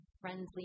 friendly